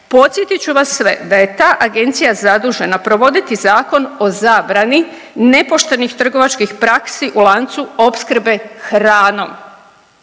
Podsjetit ću vas sve da je ta agencija zadužena provoditi Zakon o zabrani nepoštenih trgovačkih praksi u lancu opskrbe hranom.